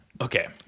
okay